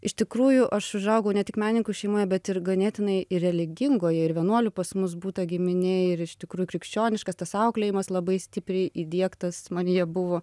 iš tikrųjų aš užaugau ne tik menininkų šeimoje bet ir ganėtinai ir religingoje ir vienuolių pas mus būta giminėj ir iš tikrųjų krikščioniškas tas auklėjimas labai stipriai įdiegtas manyje buvo